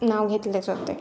नाव घेतले जाते